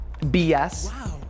bs